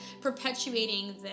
perpetuating